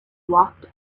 walked